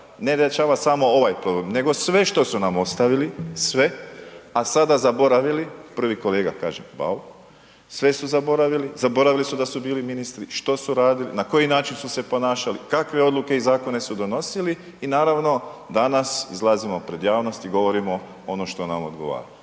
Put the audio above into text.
ne da rješavamo samo ovaj problem nego sve što su nam ostavili, sve, a sada zaboravili, prvi kolega kažem, Bauk. Sve su zaboravili. Zaboravili su da su bili ministri, što su radili, na koji način su se ponašali, kakve odluke i zakone su donosili i naravno, danas, izlazimo pred javnost i govorimo ono što nam odgovara.